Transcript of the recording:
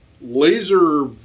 Laser